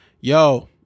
yo